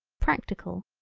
practical,